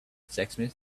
sexsmith